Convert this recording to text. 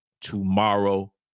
tomorrow